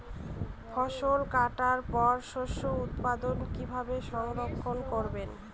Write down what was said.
ফসল কাটার পর শস্য উৎপাদন কিভাবে সংরক্ষণ করবেন?